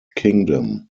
kingdom